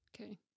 Okay